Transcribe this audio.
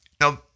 Now